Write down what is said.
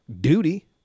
duty